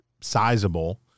sizable